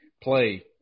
play